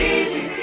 easy